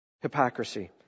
Hypocrisy